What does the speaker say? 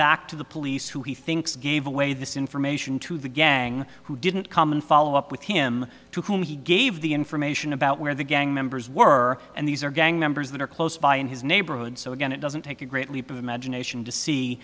back to the police who he thinks gave away this information to the gang who didn't come and follow up with him to whom he gave the information about where the gang members were and these are gang members that are close by in his neighborhood so again it doesn't take a great leap of imagination to see